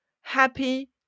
happy